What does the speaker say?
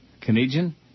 Canadian